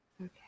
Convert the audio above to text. Okay